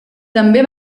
també